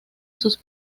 sus